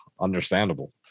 understandable